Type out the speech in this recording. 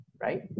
right